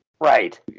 Right